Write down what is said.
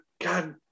God